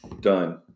Done